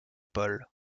paul